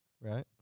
right